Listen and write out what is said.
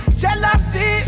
jealousy